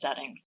settings